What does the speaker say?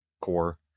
core